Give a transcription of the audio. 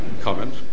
comment